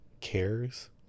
cares